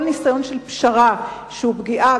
כל ניסיון של פשרה שהוא פגיעה,